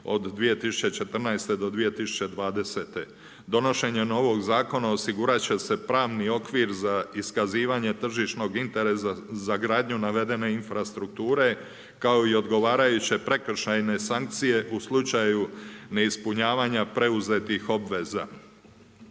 od 2014.-2020. Donošenjem ovog zakona osigurat će se pravni okvir za iskazivanje tržišnog interesa za gradnju navedene infrastrukture kao i odgovarajuće prekršajne sankcije u slučaju ne ispunjavanja preuzetih obveza.